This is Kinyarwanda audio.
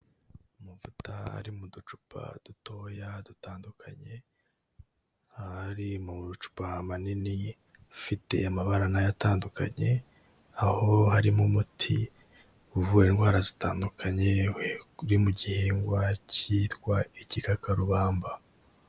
Amavuta ari mu ducupa dutoya dutandukanye ari mu macupa manini afite amabara nayo atandukanye, aho harimo umuti uvura indwara zitandukanye, uri mu gihingwa cyitwa igikakarubamba.